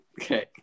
Okay